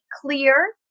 clear